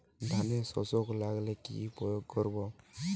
ধানের শোষক লাগলে কি প্রয়োগ করব?